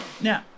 now